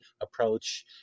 approach